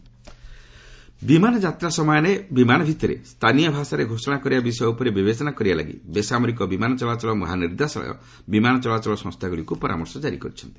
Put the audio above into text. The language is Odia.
ଏୟାର୍ପୋର୍ଟସ ବିମାନ ଯାତ୍ରା ସମୟରେ ବିମାନ ଭିତରେ ସ୍ଥାନୀୟ ଭାଷାରେ ଘୋଷଣା କରିବା ବିଷୟ ଉପରେ ବିବେଚନା କରିବା ଲାଗି ବେସାମରିକ ବିମାନ ଚଳାଚଳ ମହାନିର୍ଦ୍ଦେଶାଳୟ ବିମାନଚଳାଚଳ ସଂସ୍ଥାଗୁଡ଼ିକୁ ପରାମର୍ଶ ଜାରି କରିଛନ୍ତି